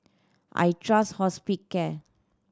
I trust Hospicare